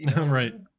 Right